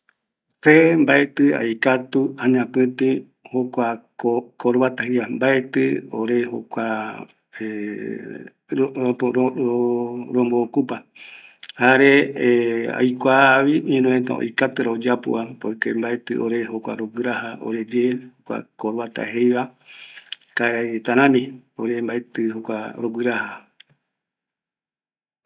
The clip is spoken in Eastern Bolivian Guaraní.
Se mbaetɨ aikatu añapɨti jokua corbata jeiva, maeti ore jokua ore rombo ocupa, jare aikuavi irureta oikatura oyapo, maetɨ ore jokua roguiraja ereye, kua corbata jeiva karaireta rami, ore mbaetɨ roguiraja